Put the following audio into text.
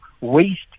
waste